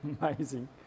Amazing